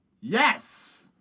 Yes